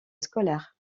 scolaire